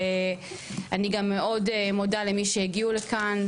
ואני גם מאוד מודה למי שהגיעו לכאן,